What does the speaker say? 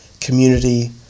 community